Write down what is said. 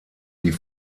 die